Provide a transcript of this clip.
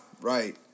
right